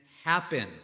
happen